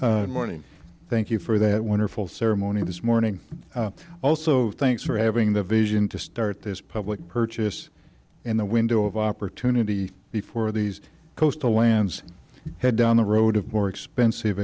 morning thank you for that wonderful ceremony this morning also thanks for having the vision to start this public purchase in the window of opportunity before these coastal lands head down the road of more expensive